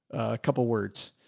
a couple of words.